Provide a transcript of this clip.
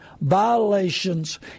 violations